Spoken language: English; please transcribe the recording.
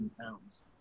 pounds